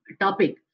topic